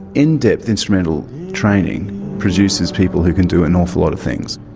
in-depth instrumental training produces people who can do an awful lot of things.